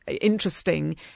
interesting